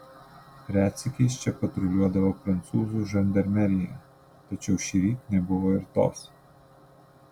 retsykiais čia patruliuodavo prancūzų žandarmerija tačiau šįryt nebuvo ir tos